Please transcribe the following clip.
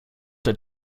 der